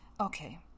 Okay